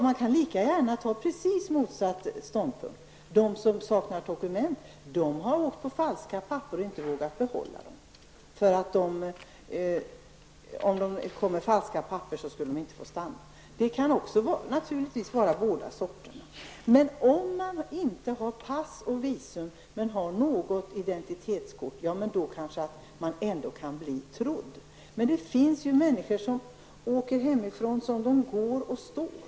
Man kan lika gärna inta precis motsatt ståndpunkt, dvs. de som saknar dokument har åkt med hjälp av falska papper och har inte vågat behålla dem, då skulle de inte få stanna. Det kan förhålla sig på båda sätt, men om man inte har pass eller visum om man har någon form av identitetshandling kanske man ändå kan bli trodd. Det finns människor som åker hemifrån som de går och står.